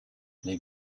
les